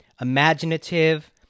imaginative